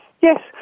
yes